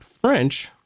French